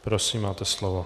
Prosím, máte slovo.